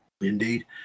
indeed